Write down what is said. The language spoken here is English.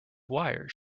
wires